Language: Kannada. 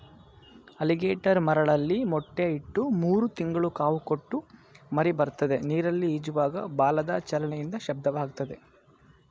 ಅಲಿಗೇಟರ್ ಮರಳಲ್ಲಿ ಮೊಟ್ಟೆ ಇಟ್ಟು ಮೂರು ತಿಂಗಳು ಕಾವು ಕೊಟ್ಟು ಮರಿಬರ್ತದೆ ನೀರಲ್ಲಿ ಈಜುವಾಗ ಬಾಲದ ಚಲನೆಯಿಂದ ಶಬ್ದವಾಗ್ತದೆ